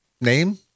name